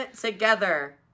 together